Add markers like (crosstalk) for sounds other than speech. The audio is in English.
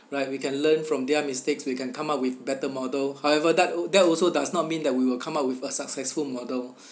(breath) right we can learn from their mistakes we can come up with better model however that that also does not mean that we will come up with a successful model